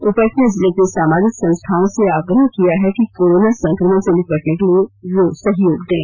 उपायुक्त ने जिले को सामाजिक संस्थाओं से आग्रह किया है कि कोरोना संक्रमण से निपटने के लिए सहयोग दें